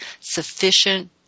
sufficient